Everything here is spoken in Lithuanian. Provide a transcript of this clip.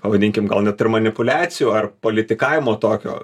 pavadinkim gal net ir manipuliacijų ar politikavimo tokio